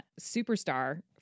superstar